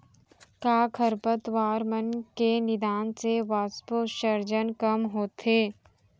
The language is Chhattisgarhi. का खरपतवार मन के निंदाई से वाष्पोत्सर्जन कम होथे?